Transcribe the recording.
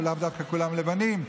אבל לאו דווקא כולם לבנים,